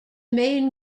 main